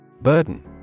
Burden